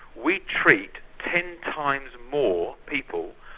we treat ten times more people,